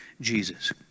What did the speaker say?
Jesus